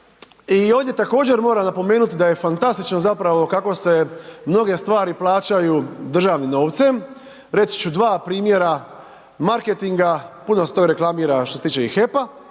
ovdje također moram napomenuti, da je fantastično zapravo kako se mnoge stvari plaćaju državnim novcem, reći ću 2 primjera marketinga, puno se to reklamira, što se tiče i HEP-a